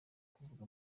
kuvuga